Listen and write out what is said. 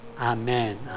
Amen